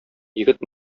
егет